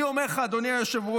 אני אומר לך, אדוני היושב-ראש,